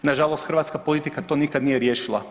Nažalost hrvatska politika to nikad nije riješila.